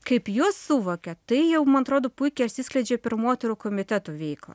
kaip jos suvokė tai jau man atrodo puikiai atsiskleidžia per moterų komitetų veiklą